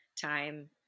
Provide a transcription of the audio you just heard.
time